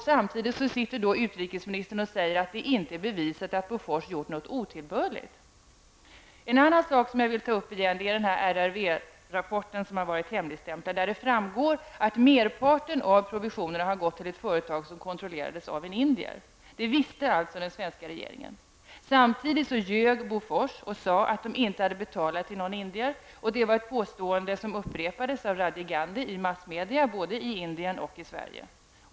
Samtidigt sade utrikesministern att det inte är bevisat att Bofors gjort något otillbörligt. En annan sak som jag vill ta upp igen är den RRV rapport som har varit hemligstämplad och där det framgår att merparten av provisionen har gått till ett företag som kontrollerades av en indier. Det visste alltså den svenska regeringen. Samtidigt ljög Bofors och sade att man inte hade betalat ut pengar till någon indier. Det var ett påstående som upprepades av Rajiv Gandhi i massmedia i både Indien och Sverige.